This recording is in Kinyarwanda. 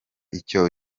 icyo